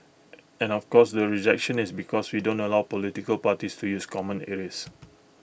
and of course the rejection is because we don't allow political parties to use common areas